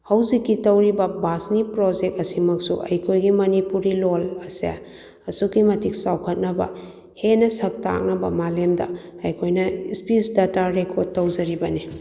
ꯍꯧꯖꯤꯛꯀꯤ ꯇꯧꯔꯤꯕ ꯕꯥꯁꯃꯤ ꯄ꯭ꯔꯣꯖꯦꯛ ꯑꯁꯤꯃꯛꯁꯨ ꯑꯩꯈꯣꯏꯒꯤ ꯃꯅꯤꯄꯨꯔꯤ ꯂꯣꯟ ꯑꯁꯦ ꯑꯁꯨꯛꯀꯤ ꯃꯇꯤꯛ ꯆꯥꯎꯈꯠꯅꯕ ꯍꯦꯟꯅ ꯁꯛ ꯇꯥꯛꯅꯕ ꯃꯥꯂꯦꯝꯗ ꯑꯩꯈꯣꯏꯅ ꯏꯁꯄꯤꯁ ꯗꯇꯥ ꯔꯦꯀꯣꯔꯠ ꯇꯧꯖꯔꯤꯕꯅꯤ